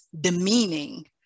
demeaning